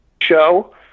show